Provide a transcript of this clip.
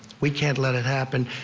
we can't let it happen.